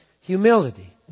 humility